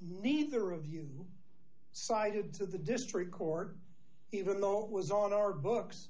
neither of you cited to the district court or even though it was on our books